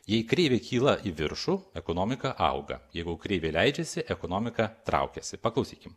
jei kreivė kyla į viršų ekonomika auga jeigu kreivė leidžiasi ekonomika traukiasi paklausykim